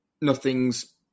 nothing's